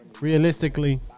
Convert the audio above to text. Realistically